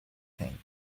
thing